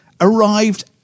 arrived